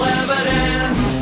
evidence